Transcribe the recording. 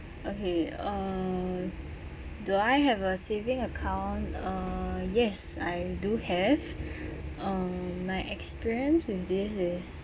okay uh do I have a saving account err yes I do have uh my experience in this is